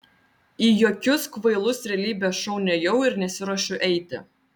į jokius kvailus realybės šou nėjau ir nesiruošiu eiti